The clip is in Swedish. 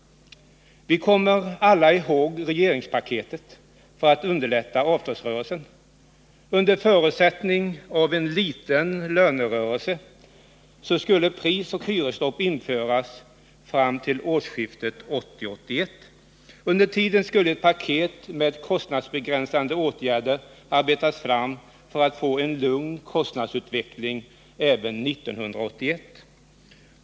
Vi kommer alla ihåg det regeringspaket som tillkom för att underlätta avtalsrörelsen. Under förutsättning av en liten lönerörelse skulle prisoch hyresstopp införas fram till årsskiftet 1980-1981. Under tiden skulle ett paket med kostnadsbegränsande åtgärder arbetas fram för att ge en lugn kostnadsutveckling även 1981.